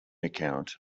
account